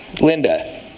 Linda